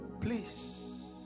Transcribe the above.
please